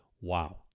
Wow